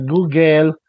Google